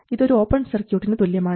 ഇത് ഒരു ഓപ്പൺ സർക്യൂട്ടിനു തുല്യമാണ്